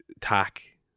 tack